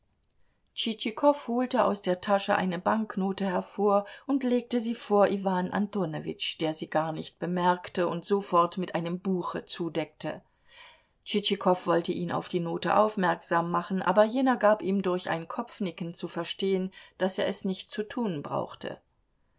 tschitschikow holte aus der tasche eine banknote hervor und legte sie vor iwan antonowitsch der sie gar nicht bemerkte und sofort mit einem buche zudeckte tschitschikow wollte ihn auf die note aufmerksam machen aber jener gab ihm durch ein kopfnicken zu verstehen daß er es nicht zu tun brauchte